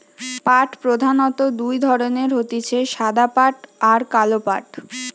পাট প্রধানত দুই ধরণের হতিছে সাদা পাট আর কালো পাট